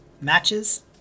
Matches